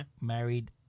married